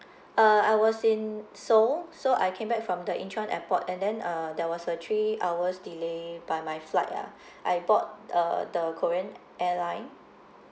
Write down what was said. uh I was in seoul so I came back from the incheon airport and then uh there was a three hours delay by my flight ah I bought uh the korean airline